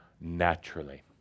naturally